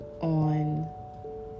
on